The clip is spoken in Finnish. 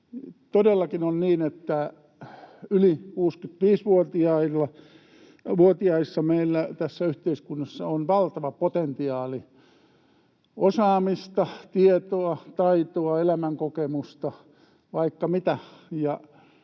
Todellakin on niin, että yli 65-vuotiaissa meillä tässä yhteiskunnassa on valtava potentiaali osaamista, tietoa, taitoa, elämänkokemusta, vaikka mitä,